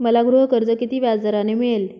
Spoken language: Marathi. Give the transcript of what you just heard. मला गृहकर्ज किती व्याजदराने मिळेल?